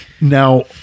Now